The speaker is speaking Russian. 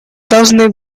должны